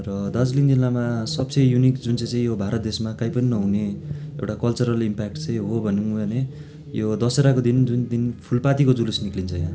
र दार्जिलिङ जिल्लामा सबसे युनिक जुन चाहिँ चाहिँ यो भारत देशमा कहीँ पनि नहुने एउटा कलचरल इम्प्याक्ट चाहिँ हो भनौँ अहिले यो दसहराको दिन जुन दिन फुलपातिको जुलुस निक्लिन्छ यहाँ